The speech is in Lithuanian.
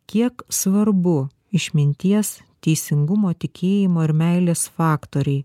kiek svarbu išminties teisingumo tikėjimo ir meilės faktoriai